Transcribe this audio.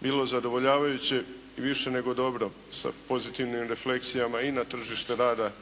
bilo zadovoljavajuće i više nego dobro sa pozitivnim refleksijama i na tržište rada